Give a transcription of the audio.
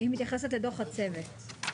אני מתייחסת לדו"ח הצוות.